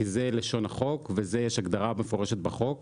כי זה לשון החוק ויש הגדרה מפורשת בחוק